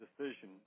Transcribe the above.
decision